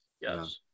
Yes